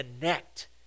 connect